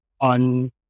on